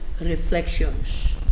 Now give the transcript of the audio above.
reflections